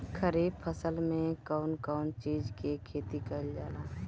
खरीफ फसल मे कउन कउन चीज के खेती कईल जाला?